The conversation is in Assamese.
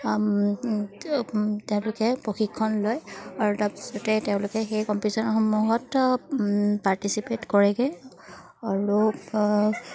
তেওঁলোকে প্ৰশিক্ষণ লয় আৰু তাৰপিছতে তেওঁলোকে সেই কম্পিটিশ্যনসমূহত পাৰ্টিচিপেট কৰেগৈ আৰু